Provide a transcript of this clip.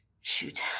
Shoot